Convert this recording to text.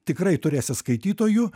tikrai turėsi skaitytojų